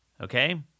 Okay